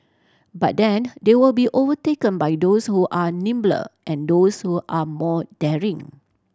but then they will be overtaken by those who are nimbler and those who are more daring